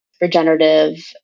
regenerative